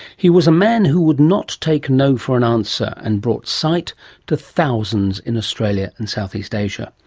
he was a man who would not take no for an answer and brought sight to thousands in australia and south east asia.